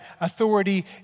authority